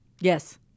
Yes